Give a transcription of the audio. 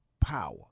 power